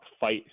fight